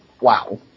wow